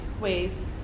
ways